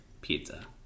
Pizza